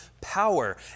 power